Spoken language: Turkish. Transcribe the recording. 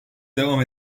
devam